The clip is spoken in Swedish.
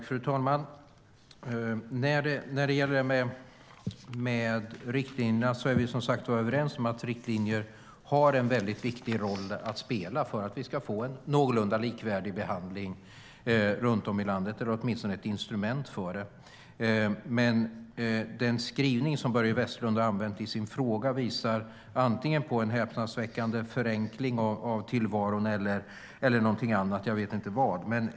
Fru talman! När det gäller riktlinjerna är vi som sagt överens om att de har en väldigt viktig roll att spela för att vi ska få en någorlunda likvärdig behandling runt om i landet. De är åtminstone ett instrument för det. Den skrivning Börje Vestlund har använt i sin interpellation visar dock på antingen en häpnadsväckande förenkling av tillvaron eller någonting annat - jag vet inte vad.